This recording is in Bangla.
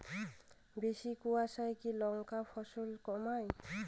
বেশি কোয়াশায় কি লঙ্কার ফলন কমায়?